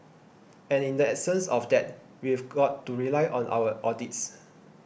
and in the absence of that we've got to rely on our audits